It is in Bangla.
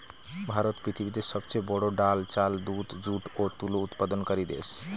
ভারত পৃথিবীতে সবচেয়ে বড়ো ডাল, চাল, দুধ, যুট ও তুলো উৎপাদনকারী দেশ